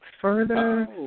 further